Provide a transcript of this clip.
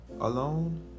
alone